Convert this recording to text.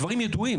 הדברים ידועים.